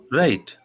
right